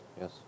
Yes